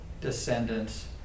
descendants